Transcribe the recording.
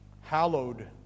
Hallowed